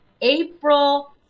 April